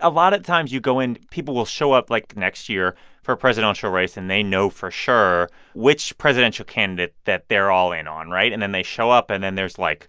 a lot of times, you go in people will show up, like, next year for a presidential race, and they know for sure which presidential candidate that they're all in on, right? and then they show up, and then there's, like,